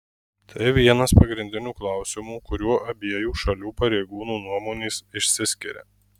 tai vienas pagrindinių klausimų kuriuo abiejų šalių pareigūnų nuomonės išsiskiria